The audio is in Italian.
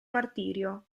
martirio